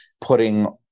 putting